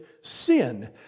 sin